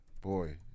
boy